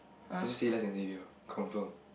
I just say less than Xavier confirm